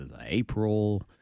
April